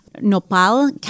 nopal